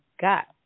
got